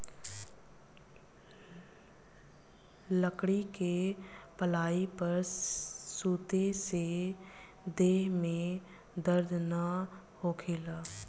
लकड़ी के पलाई पर सुते से देह में दर्द ना होखेला